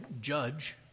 judge